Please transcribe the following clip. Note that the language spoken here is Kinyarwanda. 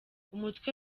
umutwe